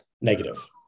Negative